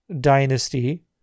dynasty